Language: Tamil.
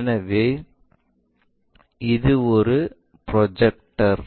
எனவே இது ஒரு ப்ரொஜெக்டர்